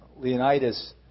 Leonidas